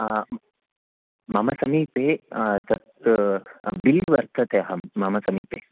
मम समीपे तत् बिल् वर्तते अहं मम समीपे